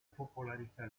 popolarità